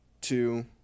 two